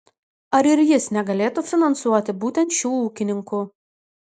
ar ir jis negalėtų finansuoti būtent šių ūkininkų